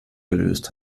gelöst